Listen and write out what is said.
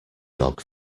dog